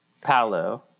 Palo